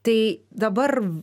tai dabar